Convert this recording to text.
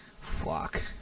Fuck